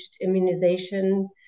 immunization